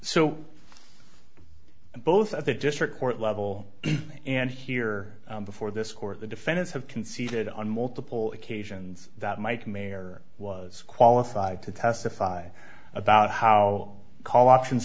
so both at the district court level and here before this court the defendants have conceded on multiple occasions that mike mayer was qualified to testify about how call options